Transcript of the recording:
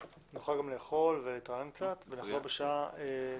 נחזור בשעה 14:00. (הישיבה נפסקה בשעה 13:23 ונתחדשה בשעה 14:30.)